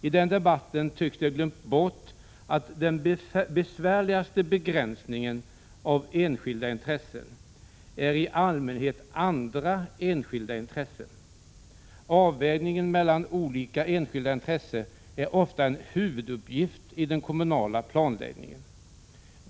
I den debatten tycks de ha glömt bort att den besvärligaste begränsningen av enskilda intressen i allmänhet är orsakad av andra enskilda intressen. Avvägningen mellan olika enskilda intressen är ofta en huvuduppgift i den kommunala planläggningen.